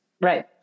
Right